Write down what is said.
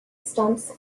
stumps